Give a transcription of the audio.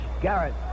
Garrett